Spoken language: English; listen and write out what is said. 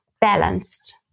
balanced